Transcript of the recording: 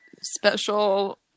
special